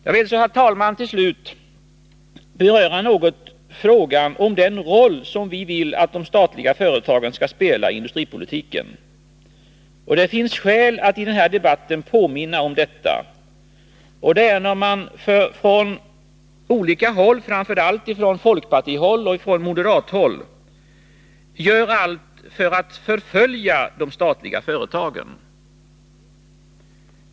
Jag vill, herr talman, till slut något beröra frågan om den roll som vi vill att de statliga företagen skall spela i industripolitiken. Det finns skäl att i den här debatten påminna om detta, när man från olika håll — framför allt från folkpartihåll och från moderat håll — gör allt för att förfölja de statliga företagen.